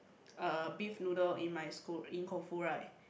uh beef noodle in my school in Koufu right